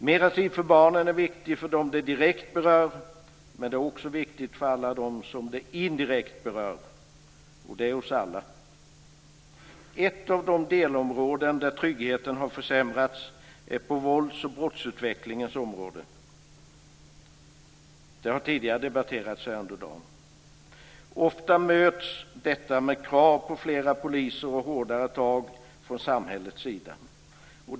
Mer tid för barnen är viktigt för dem det direkt berör, men det är också viktigt för oss alla som det indirekt berör. Tryggheten har försämrats på vålds och brottsutvecklingens område. Det har tidigare debatterats här under dagen. Ofta möts detta med krav på fler poliser och hårdare tag från samhällets sida.